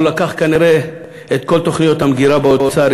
אבל הוא לקח כנראה את כל תוכניות המגירה באוצר,